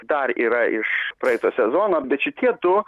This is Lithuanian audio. dar yra iš praeito sezono bet šitie du